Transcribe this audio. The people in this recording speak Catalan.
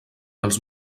els